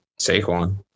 Saquon